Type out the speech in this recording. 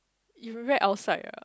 you read outside ah